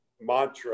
mantra